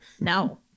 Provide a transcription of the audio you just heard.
no